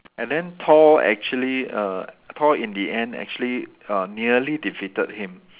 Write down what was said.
and then Thor actually err Thor in the end actually uh nearly defeated him